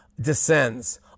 descends